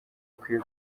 akwiye